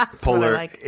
polar